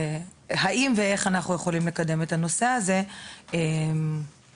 האם ואיך אנחנו יכולים לקדם את הנושא הזה גם בעזרת